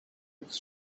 its